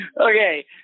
Okay